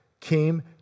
came